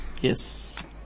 Yes